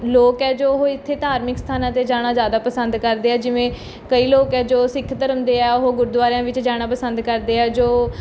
ਲੋਕ ਹੈ ਜੋ ਉਹ ਇੱਥੇ ਧਾਰਮਿਕ ਸਥਾਨਾਂ 'ਤੇ ਜਾਣਾ ਜ਼ਿਆਦਾ ਪਸੰਦ ਕਰਦੇ ਆ ਜਿਵੇਂ ਕਈ ਲੋਕ ਹੈ ਜੋ ਸਿੱਖ ਧਰਮ ਦੇ ਆ ਉਹ ਗੁਰਦੁਆਰਿਆਂ ਵਿੱਚ ਜਾਣਾ ਪਸੰਦ ਕਰਦੇ ਆ ਜੋ